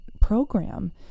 program